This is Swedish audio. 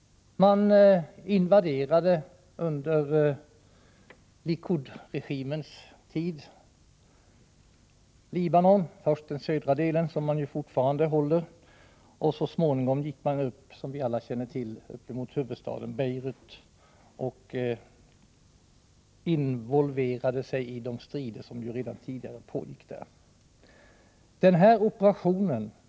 Man invaderade under Likudregimens tid Libanon, först den södra delen, som man fortfarande håller. Så småningom gick man, som vi alla känner till, upp mot huvudstaden Beirut och involverade sig i de strider som redan tidigare pågick där.